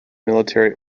military